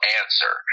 answer